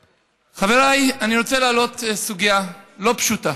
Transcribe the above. חבריי, אני רוצה להעלות סוגיה לא פשוטה,